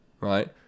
right